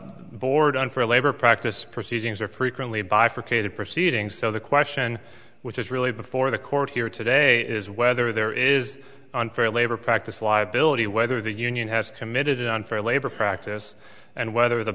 board unfair labor practice proceedings are frequently bifurcated proceedings so the question which is really before the court here today is whether there is unfair labor practice liability whether the union has committed an unfair labor practice and whether the